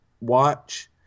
watch